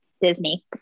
Disney